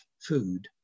food